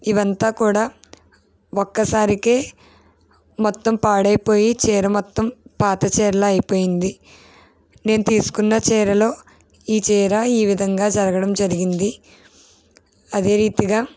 ఇవంతా కూడా ఒక్కసారికే మొత్తం పాడైపోయి చీర మొత్తం పాత చీరలా అయిపోయింది నేను తీసుకున్న చీరలో ఈ చీర ఈ విధంగా జరగడం జరిగింది అదే రీతిగా